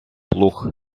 плуг